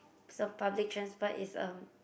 so public transport is um